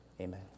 amen